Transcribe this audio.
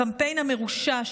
הקמפיין המרושע,